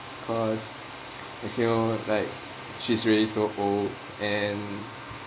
cause I see her like she's really so old and